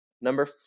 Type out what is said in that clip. Number